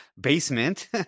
basement